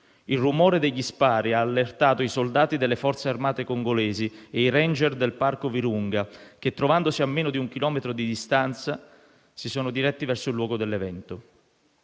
Il rumore degli spari ha allertato i soldati delle forze armate congolesi e i *ranger* del parco Virunga che, trovandosi a meno di un chilometro di distanza, si sono diretti verso il luogo dell'evento.